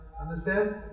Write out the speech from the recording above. Understand